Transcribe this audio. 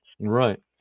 right